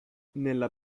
nella